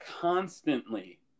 constantly